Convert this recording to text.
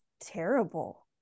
terrible